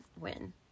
win